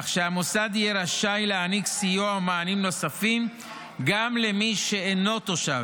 כך שהמוסד יהיה רשאי להעניק סיוע ומענים נוספים גם למי שאינו תושב,